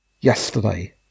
yesterday